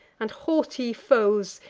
and haughty foes,